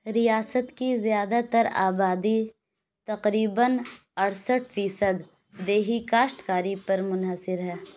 ریاست کی زیادہ تر آبادی تقریباً اڑسٹھ فیصد دیہی کاشتکاری پر منحصر ہے